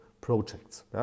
projects